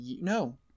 no